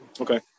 Okay